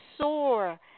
soar